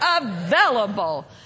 available